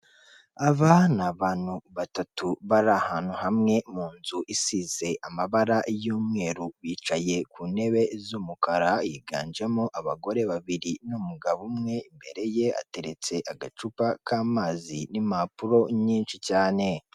Aba ni abantu batatu bari ahantu hamwe mu nzu isize amabara y'umweru, bicaye ku ntebe z'umukara higanjemo abagore babiri n'umugabo umwe, imbere ye ateretse agacupa k'amazi n'impapuro nyinshi cyane.